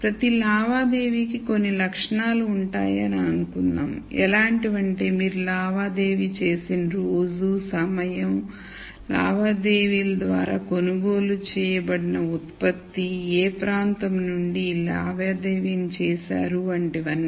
ప్రతి లావాదేవీ కి కొన్ని లక్షణాలు ఉంటాయి అని అనుకుందాం ఎలాంటి వంటే మీరు లావాదేవీ చేసిన రోజు సమయం లావాదేవీల ద్వారా కొనుగోలు చేయబడిన ఉత్పత్తి ఏ ప్రాంతం నుండి ఈ లావాదేవీని చేశారు వంటివన్నీ